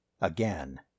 Again